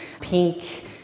Pink